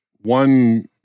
one